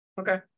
Okay